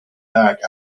back